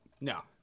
no